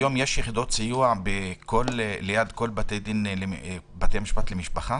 היום יש יחידות סיוע ליד כל בתי המשפט למשפחה?